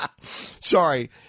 Sorry